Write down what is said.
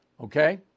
Okay